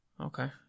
okay